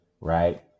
right